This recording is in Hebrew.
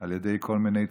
על ידי כל מיני